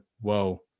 whoa